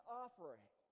offering